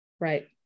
right